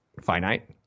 finite